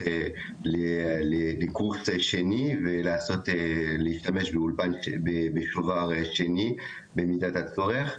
לקורס שני ולהשתמש בשובר שני במידת הצורך.